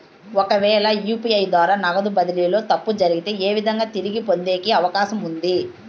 ఒకవేల యు.పి.ఐ ద్వారా నగదు బదిలీలో తప్పు జరిగితే, ఏ విధంగా తిరిగి పొందేకి అవకాశం ఉంది?